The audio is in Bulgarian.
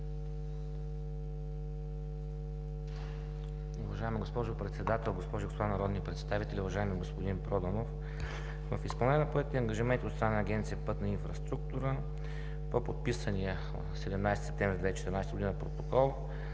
Уважаема госпожо Председател, госпожи и господа народни представители, уважаеми господин Проданов! В изпълнение на поетите ангажименти от страна на Агенция „Пътна инфраструктура“ по подписания на 17 септември 2014 г. протокол